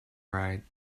right